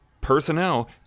personnel